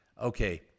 Okay